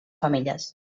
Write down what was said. femelles